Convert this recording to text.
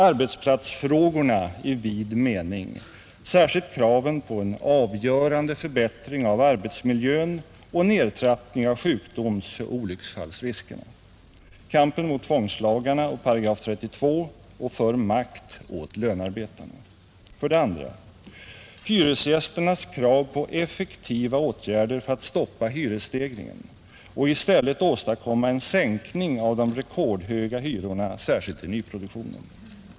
Arbetsplatsfrågorna i vid mening, särskilt kraven på en avgörande förbättring av arbetsmiljön och nedtrappning av sjukdomsoch olycksfallsriskerna, Kampen mot tvångslagarna och paragraf 32 och för makt åt lönearbetarna. 2. Hyresgästernas krav på effektiva åtgärder för att stoppa hyresstegringen och i stället åstadkomma en sänkning av de rekordhöga hyrorna särskilt i nyproduktionen.